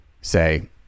say